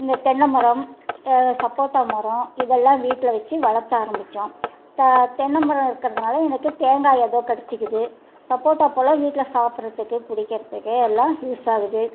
இந்த தென்னைமரம் சப்போட்டா மரம் இதெல்லாம் வீட்டில் வச்சி வளர்த்த ஆரம்பிச்சோம் த தென்னைமரம் இருக்கிறதுனால எனக்கு தேங்காய் எதோ கிடைச்சிக்கிது சப்போட்டா பழம் வீட்டில் சாப்பிட்றதுக்கு பிடிக்கிறதுக்கு எல்லாம் யூஸ் ஆகுது